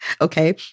Okay